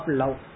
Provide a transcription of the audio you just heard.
love